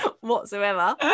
whatsoever